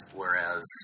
whereas